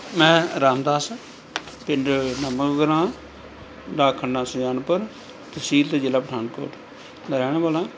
ਮੈਂ ਰਾਮਦਾਸ ਪਿੰਡ ਨਵਾਂ ਗਰਾਂ ਡਾਕਖਾਨਾ ਸਜਾਨਪੁਰ ਤਹਿਸੀਲ ਅਤੇ ਜ਼ਿਲ੍ਹਾ ਪਠਾਨਕੋਟ ਦਾ ਰਹਿਣਾ ਵਾਲਾ